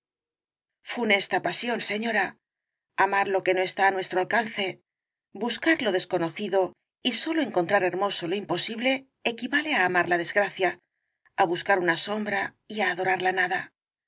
las margaritas funesta pasión señora amar lo que no está á nuestro alcance buscar lo desconocido y sólo encontrar hermoso lo imposible equivale á amar la desgracia á buscar una sombra y á adorar la nada